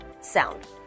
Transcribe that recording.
sound